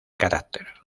carácter